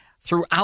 throughout